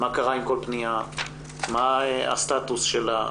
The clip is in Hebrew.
מה קרה עם כל פנייה, מה הסטטוס שלה.